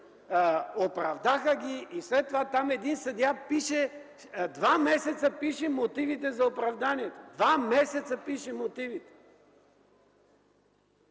оправдаха ги и след това там един съдия два месеца пише мотивите за оправданието. Два месеца пише мотивите!